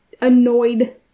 annoyed